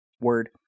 word